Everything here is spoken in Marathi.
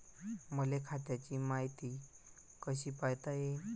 मले खात्याची मायती कशी पायता येईन?